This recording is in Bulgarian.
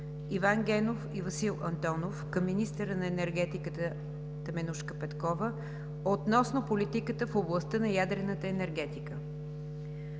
Иван Генов и Васил Антонов към министъра на енергетиката Теменужка Петкова относно политиката в областта на ядрената енергетика.